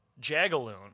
jagaloon